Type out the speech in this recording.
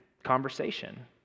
conversation